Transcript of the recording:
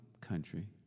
country